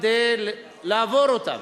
כדי לעבור אותם.